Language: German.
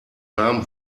warm